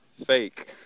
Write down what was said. fake